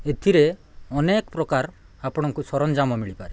ଏଥିରେ ଅନେକ ପ୍ରକାର ଆପଣଙ୍କୁ ସରଞ୍ଜାମ ମିଳିପାରେ